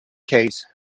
case